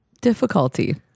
Difficulty